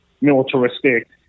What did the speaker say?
militaristic